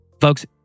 Folks